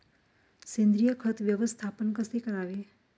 सेंद्रिय खत व्यवस्थापन कसे करावे?